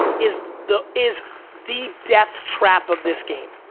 is the is the death trap of this game.